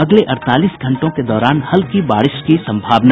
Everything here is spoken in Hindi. अगले अड़तालीस घंटों के दौरान हल्की बारिश की संभावना